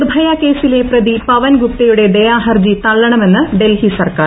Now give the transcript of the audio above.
നിർഭയ കേസിലെ പ്രതിരോധിക്കാൻ പവൻ ഗുപ്തയുടെ ദയാഹർജി തള്ളണമെന്ന് ഡൽഹി സർക്കാർ